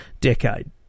decade